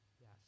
Yes